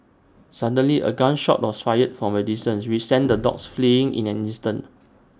suddenly A gun shot was fired from A distance which sent the dogs fleeing in an instant